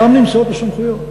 שם נמצאות הסמכויות.